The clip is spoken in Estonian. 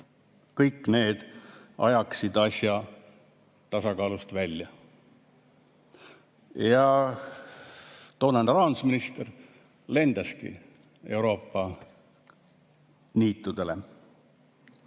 kõik need ajaksid asja tasakaalust välja. Ja siis toonane rahandusminister lendaski Euroopa niitudele.